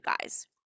guys